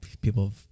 people